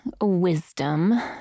wisdom